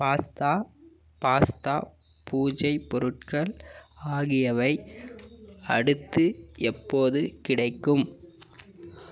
pasta pasta பூஜை பொருட்கள் ஆகியவை அடுத்து எப்போது கிடைக்கும்